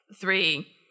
three